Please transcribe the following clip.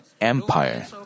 Empire